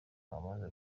zamaze